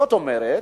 זאת אומרת,